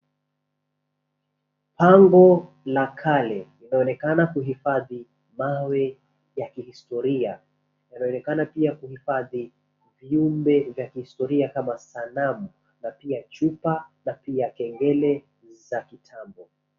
Pango la kale linaonekana kuhifadhi mawe ya kihistoria ,inaonekana pia kuhifadhi viumbe vya kihistoria kama sanamu na pia chupa na pia kengele za kitambo.